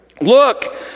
look